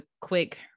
quick